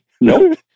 Nope